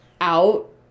out